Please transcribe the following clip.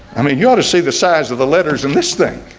i mean you ought to see the size of the letters in this thing